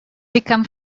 become